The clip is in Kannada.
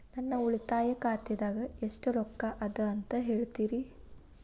ನನ್ನ ಉಳಿತಾಯ ಖಾತಾದಾಗ ಎಷ್ಟ ರೊಕ್ಕ ಅದ ಅಂತ ಹೇಳ್ತೇರಿ?